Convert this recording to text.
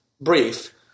brief